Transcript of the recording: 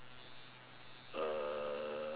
uh